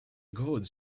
gods